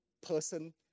person